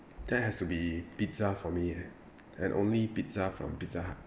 that has to be pizza for me eh and only pizza from pizza hut